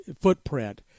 footprint